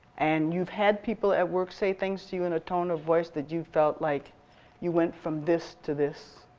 and you've had people at work say things to you in a tone of voice that you felt like you went from this to this,